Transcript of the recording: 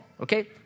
okay